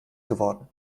geworden